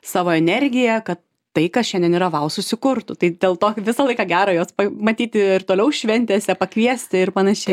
savo energiją kad tai kas šiandien yra vau susikurtų tai dėl to visą laiką gera juos pamatyti ir toliau šventėse pakviesti ir panašiai